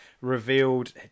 revealed